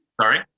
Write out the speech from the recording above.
Sorry